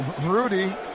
Rudy